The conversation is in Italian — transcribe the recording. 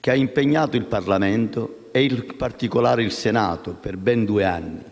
che ha impegnato il Parlamento e, in particolare, il Senato per ben due anni.